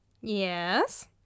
Yes